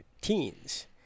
teens